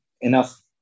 enough